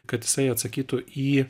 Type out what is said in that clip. kad jisai atsakytų į